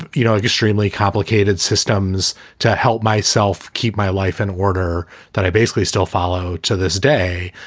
you know, extremely complicated systems to help myself keep my life in order that i basically still follow. to this day,